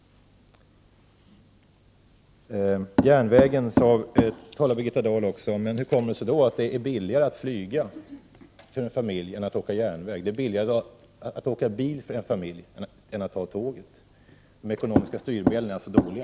Birgitta Dahl talar även om järnvägen. Hur kommer det sig då att det är billigare för en hel familj att flyga än att åka tåg? Det är billigare för en hel familj att åka bil än att ta tåget. De ekonomiska styrmedlen är dåliga.